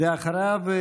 אחריו,